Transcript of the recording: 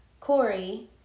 Corey